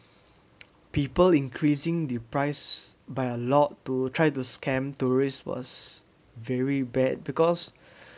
people increasing the price by a lot to try the scam tourist was very bad because